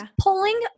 pulling